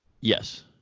Yes